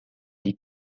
die